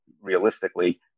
realistically